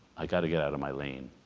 i got to get out of my lane